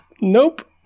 Nope